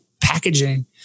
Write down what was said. packaging